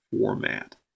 format